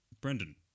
Brendan